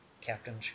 Captain